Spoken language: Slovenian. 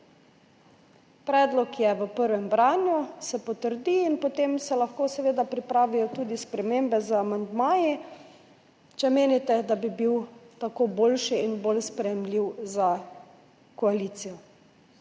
Predlog je v prvem branju, se potrdi in potem se lahko seveda pripravijo tudi spremembe z amandmaji, če menite, da bi bil tako boljši in bolj sprejemljiv za koalicijo.